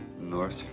north